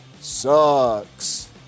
sucks